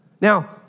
Now